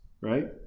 right